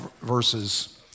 verses